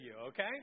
okay